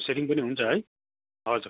हजुर सेकेन्ड पनि हुन्छ है हजुर